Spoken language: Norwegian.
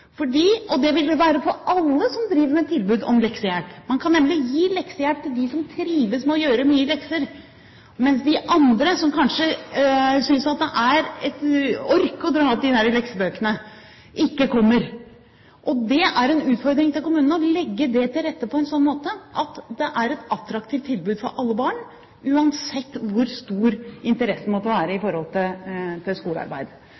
Og det vil det være for alle som driver med tilbud om leksehjelp. Man kan nemlig gi leksehjelp til dem som trives med å gjøre mye lekser, mens de andre, som kanskje synes det er et ork å dra fram leksebøkene, ikke kommer. Det er en utfordring for kommunene å legge det til rette på en slik måte at det er et attraktivt tilbud til alle barn, uansett hvor stor interessen måtte være for skolearbeid. Den utfordringen tror jeg veldig mange kommuner nå jobber med bl.a. i